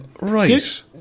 Right